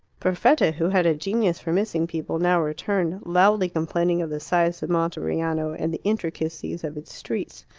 perfetta, who had a genius for missing people, now returned, loudly complaining of the size of monteriano and the intricacies of its streets.